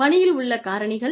பணியில் உள்ள காரணிகள்